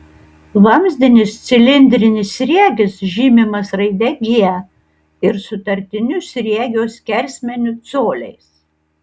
vamzdinis cilindrinis sriegis žymimas raide g ir sutartiniu sriegio skersmeniu coliais